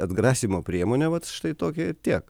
atgrasymo priemonė vat štai tokia ir tiek